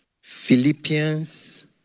Philippians